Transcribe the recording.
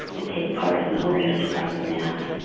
to take part in the holiest part of the mass,